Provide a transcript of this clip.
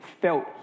felt